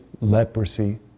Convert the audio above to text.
leprosy